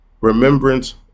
remembrance